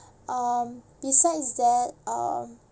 um besides that um